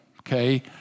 Okay